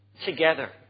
together